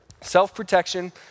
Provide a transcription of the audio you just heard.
self-protection